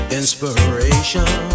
inspiration